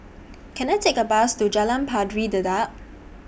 Can I Take A Bus to Jalan Pari Dedap